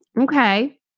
Okay